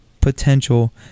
potential